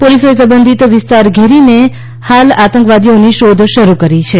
પોલીસોએ સંબંધિત વિસ્તાર ઘેરીને આતંકવાદીઓની શોધ શરૂ કરી છે